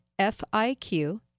FIQ